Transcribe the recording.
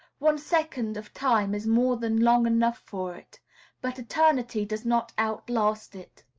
one second of time is more than long enough for it but eternity does not outlast it.